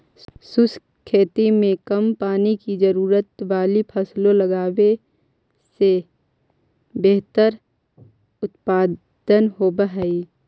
शुष्क खेती में कम पानी की जरूरत वाली फसलें लगावे से बेहतर उत्पादन होव हई